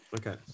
Okay